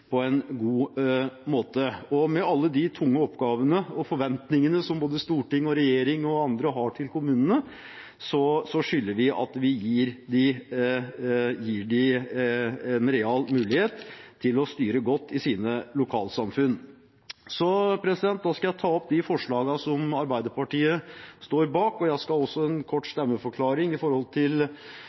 på en god måte. Med alle de tunge oppgavene og forventningene som både storting, regjering og andre har til kommunene, skylder vi å gi dem en real mulighet til å styre godt i sine lokalsamfunn. Da skal jeg ta opp det forslaget som Arbeiderpartiet står bak, og jeg skal også gi en kort stemmeforklaring